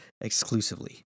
exclusively